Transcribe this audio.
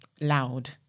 loud